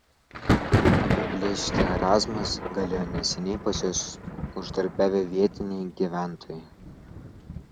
apiplėšti razmas galėjo neseniai pas juos uždarbiavę vietiniai gyventojai